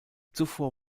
zuvor